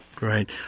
Right